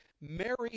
Mary